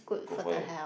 good for you